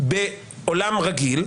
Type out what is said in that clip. בעולם רגיל.